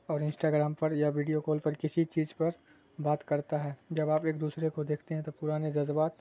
اور انسٹاگرام پر یا ویڈیو کال پر کسی چیز پر بات کرتا ہے جب آپ ایک دوسرے کو دیکھتے ہیں تو پرانے جذبات